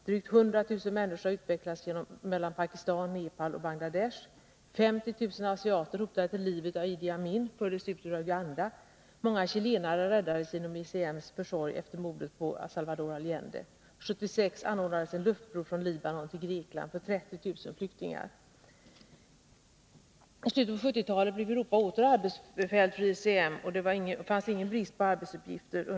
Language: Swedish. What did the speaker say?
Drygt 100 000 människor har utväxlats mellan Pakistan, Nepal och Bangladesh. 50 000 asiater, hotade till livet av Idi Amin, fördes ut ur Uganda. Många chilenare räddades genom ICM:s försorg efter mordet på Salvador Allende. 1976 anordnades en luftbro från Libanon till Grekland för 30 000 flyktingar. Isslutet på 1970-talet blev Europa åter arbetsfält för ICM, och det är ingen brist på arbetsuppgifter.